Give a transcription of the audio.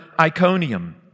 Iconium